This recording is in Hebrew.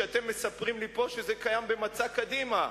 אתם מספרים לי פה שזה קיים במצע קדימה,